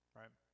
right